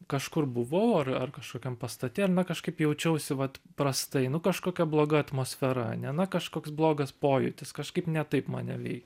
kažkur buvau ar ar kažkokiam pastate ir na kažkaip jaučiausi vat prastai nu kažkokia bloga atmosfera ane na kažkoks blogas pojūtis kažkaip ne taip mane veik